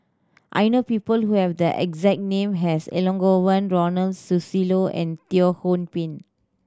I know people who have the exact name as Elangovan Ronald Susilo and Teo Ho Pin